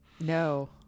No